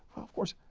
of course,